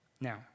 Now